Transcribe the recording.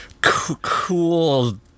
Cool